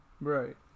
Right